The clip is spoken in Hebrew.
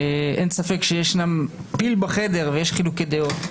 אין ספק שיש פיל בחדר ויש חילוקי דעות,